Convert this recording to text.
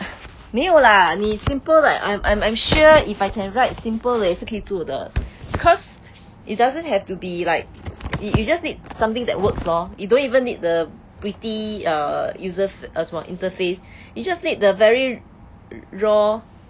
没有啦你 simple like I'm I'm I'm sure if I can write simple leh 也是可以做的 because it doesn't have to be like you you just need something that works lor you don't even need the pretty err user err 什么 interface you just need the very raw